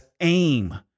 aim